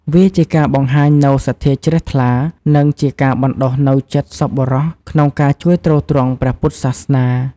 វាជាការបង្ហាញនូវសទ្ធាជ្រះថ្លា និងជាការបណ្ដុះនូវចិត្តសប្បុរសក្នុងការជួយទ្រទ្រង់ព្រះពុទ្ធសាសនា។